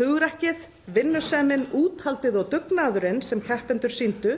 Hugrekkið, vinnusemin, úthaldið og dugnaðurinn sem keppendur sýndu